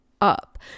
up